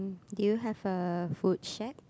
do you have a food shack